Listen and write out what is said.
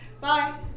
Bye